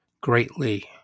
greatly